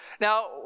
Now